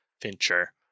Fincher